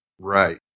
Right